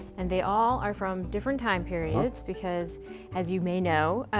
and they all are from different time periods because as you may know,